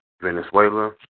Venezuela